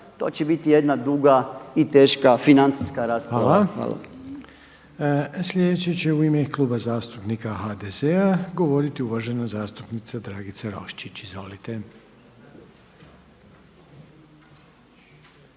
to će biti jedna duga i teška financijska rasprava. **Reiner, Željko (HDZ)** Hvala. Sljedeći će u ime Kluba zastupnika HDZ-a govoriti uvažena zastupnica Dragica Roščić. Izvolite.